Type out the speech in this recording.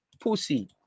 Pussy